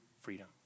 freedom